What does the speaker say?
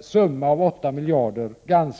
summan på 8 miljarder kronor.